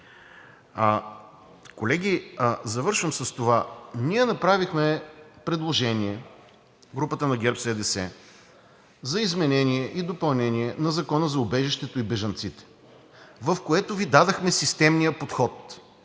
Колеги, завършвам с това: ние направихме предложение – групата на ГЕРБ-СДС – за изменение и допълнение на Закона за убежището и бежанците, в което Ви дадохме системния подход.